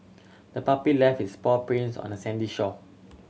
the puppy left its paw prints on the sandy shore